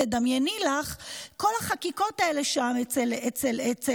תדמייני לך שכל החקיקות שלך בחוקה,